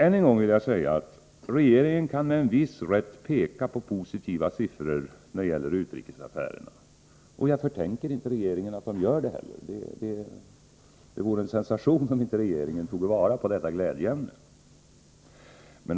Än en gång vill jag säga att regeringen med viss rätt kan peka på positiva siffror när det gäller utrikesaffärerna. Jag förtänker inte regeringen att den gör det. Det vore en sensation om inte regeringen tog vara på detta glädjeämne.